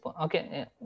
okay